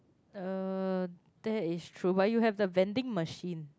uh that is true but you have the vending machine